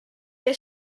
they